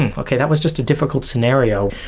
and okay, that was just a difficult scenario.